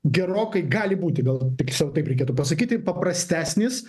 gerokai gali būti gal tiksliau taip reikėtų pasakyti paprastesnis